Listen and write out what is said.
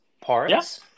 parts